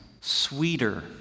sweeter